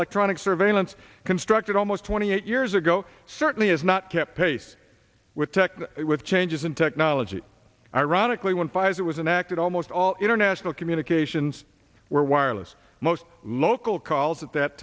electronic surveillance constructed almost twenty eight years ago certainly is not kept pace with tech with changes in technology ironically when pfizer was inactive almost all international communications were wireless most local calls at that